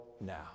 now